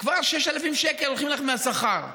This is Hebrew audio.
כבר 6,000 שקל הולכים לך מהשכר.